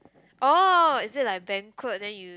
orh is it like banquet then you